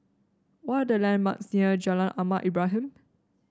what are the landmarks near Jalan Ahmad Ibrahim